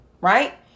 right